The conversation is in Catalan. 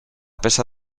peça